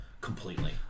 completely